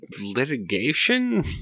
litigation